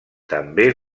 també